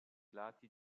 lati